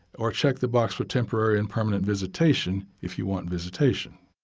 or check the box for temporary and permanent visitation if you want visitation.